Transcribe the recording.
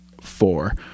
four